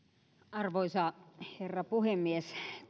arvoisa herra puhemies